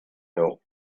know